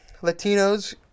Latinos